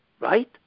Right